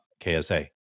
KSA